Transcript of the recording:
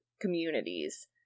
communities